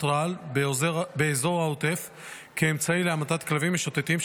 רעל באזור העוטף כאמצעי להמתת כלבים משוטטים,